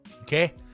okay